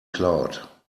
cloud